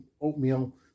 oatmeal